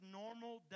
normal